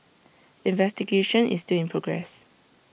investigation is still in progress